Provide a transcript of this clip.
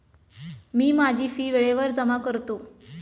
मी माझी फी वेळेवर जमा करतो